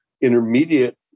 intermediate